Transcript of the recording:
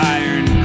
iron